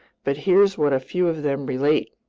but here's what a few of them relate.